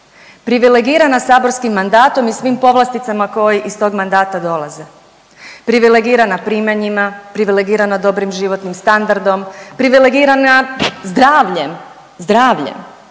privilegirana saborskim mandatom i svim povlasticama koji iz tog mandata dolaze, privilegirana primanjima, privilegirana dobrim životnim standardom, privilegirana zdravljem, zdravljem